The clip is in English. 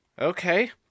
Okay